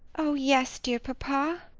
oh yes, dear papa.